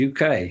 UK